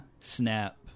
snap